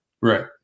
Right